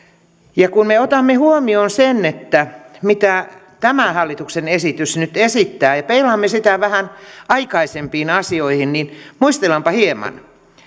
kun me otamme huomioon sen mitä tämä hallituksen esitys nyt esittää ja peilaamme sitä vähän aikaisempiin asioihin niin muistellaanpa hieman